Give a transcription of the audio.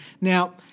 Now